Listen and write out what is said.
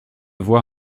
voir